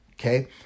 okay